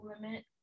limit